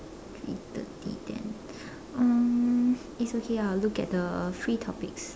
three thirty then um it's okay I'll look at the free topics